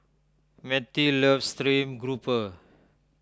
Mettie loves Stream Grouper